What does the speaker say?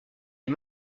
les